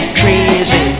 crazy